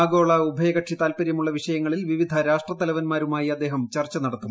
ആഗോള ഉഭയകക്ഷി താല്പര്യമുള്ള വിഷയങ്ങളിൽ വിവിധ രാഷ്ട്രത്തലവന്മാരുമായി അദ്ദേഹം ചർച്ച നടത്തും